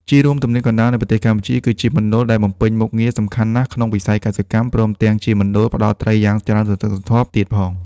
ជារួម ទំនាបកណ្ដាលនៃប្រទេសកម្ពុជា គឺជាមណ្ឌលដែលបំពេញមុខងារសំខាន់ណាស់ក្នុងវិស័យកសិកម្ម ព្រមទាំងជាមណ្ឌលផ្ដល់ត្រីយ៉ាងច្រើនសន្ធឹកសន្ធាប់ទៀតផង។